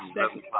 Second